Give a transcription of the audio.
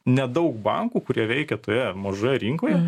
nedaug bankų kurie veikia toje mažoje rinkoje